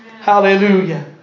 Hallelujah